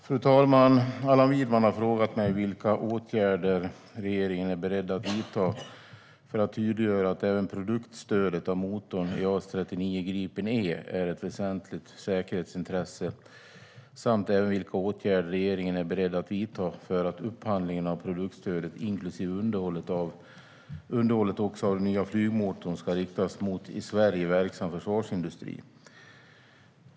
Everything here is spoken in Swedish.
Fru talman! Allan Widman har frågat mig vilka åtgärder regeringen är beredd att vidta för att tydliggöra att även produktstödet av motorn i JAS 39 Gripen E är ett väsentligt säkerhetsintresse samt vilka åtgärder regeringen är beredd att vidta för att upphandlingen av produktstödet, inklusive underhållet av den nya flygmotorn, ska riktas mot i Sverige verksam försvarsindustri.